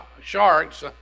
sharks